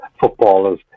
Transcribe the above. footballers